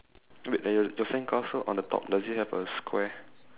eh wait uh your sandcastle on the top does it have a square